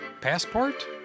passport